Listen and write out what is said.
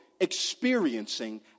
experiencing